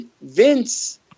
Vince